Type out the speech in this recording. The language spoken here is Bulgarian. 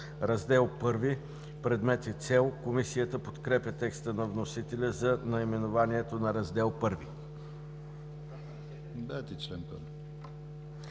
„Раздел І – Предмет и цел“. Комисията подкрепя текста на вносителя за наименованието на Раздел І. По чл.